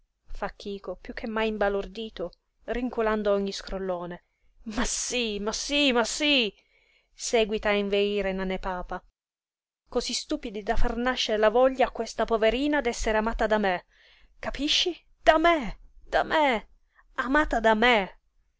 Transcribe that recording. chico piú che mai imbalordito rinculando a ogni scrollone ma sí ma sí ma sí seguita a inveire nane papa cosí stupidi da far nascere la voglia a questa poverina d'essere amata da me capisci da me da me amata da me